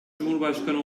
cumhurbaşkanı